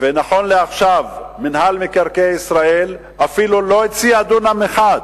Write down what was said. נכון לעכשיו מינהל מקרקעי ישראל אפילו לא הציע דונם אחד.